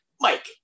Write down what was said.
Mike